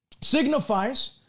signifies